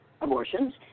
abortions